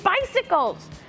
bicycles